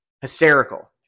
Hysterical